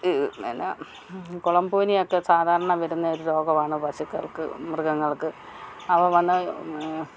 പിന്നെ കുളമ്പ് പനിയൊക്കെ സാധാരണ വരുന്ന ഒരു രോഗമാണ് പശുക്കൾക്ക് മൃഗങ്ങൾക്ക് അവ വന്നാൽ